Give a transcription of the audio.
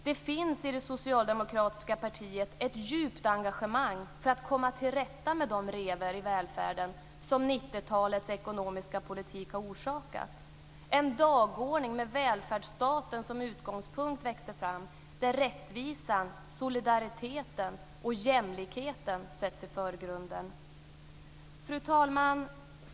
Det finns i det socialdemokratiska partiet ett djupt engagemang för att komma till rätta med de revor i välfärden som 90-talets ekonomiska politik har orsakat. En dagordning med välfärdsstaten som utgångspunkt växte fram där rättvisan, solidariteten och jämlikheten sätts i förgrunden. Fru talman!